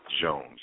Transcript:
Jones